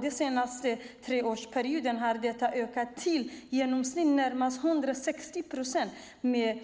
Den senaste treårsperioden har detta ökat till i genomsnitt närmare 160 procent med